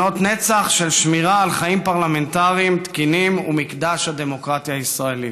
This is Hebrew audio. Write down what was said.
שנות נצח של שמירה על חיים פרלמנטריים תקינים ומקדש הדמוקרטיה הישראלית.